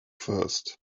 first